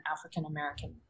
African-American